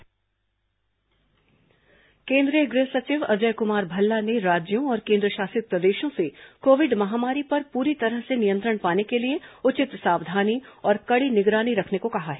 corona समाचार केंद्रीय गृह सचिव अजय कुमार भल्ला ने राज्यों और केंद्रशासित प्रदेशों से कोविड महामारी पर पूरी तरह से नियंत्रण पाने के लिए उचित सावधानी और कड़ी निगरानी रखने को कहा है